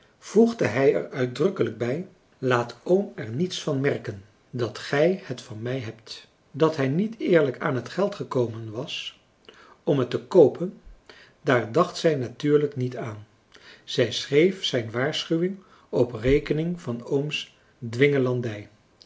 voegde hij er uitdrukkelijk bij laat oom er niets van merken dat gij het van mij hebt dat hij niet eerlijk aan het geld gekomen was om het te koopen daar dacht zij natuurlijk niet aan zij schreef zijn waarschuwing op rekening van ooms